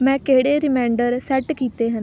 ਮੈਂ ਕਿਹੜੇ reminder set ਕੀਤੇ ਹਨ